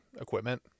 equipment